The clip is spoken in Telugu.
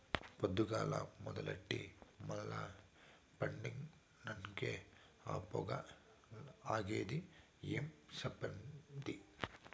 పొద్దుగాల మొదలెట్టి మల్ల పండినంకే ఆ పొగ ఆగేది ఏం చెప్పేది